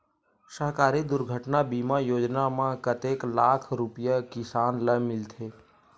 सहकारी दुर्घटना बीमा योजना म कतेक लाख रुपिया किसान ल मिलथे?